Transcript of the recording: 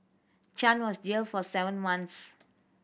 Chan was jailed for seven months